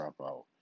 dropout